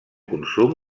consum